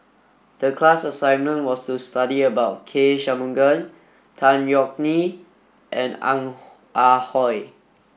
the class assignment was to study about K Shanmugam Tan Yeok Nee and Ong Ah Hoi